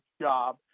job